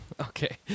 Okay